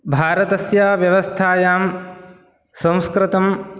भारतस्य व्यवस्थायां संस्कृतं